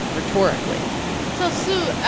rhetorically so, sue,